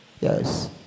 Yes